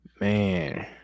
Man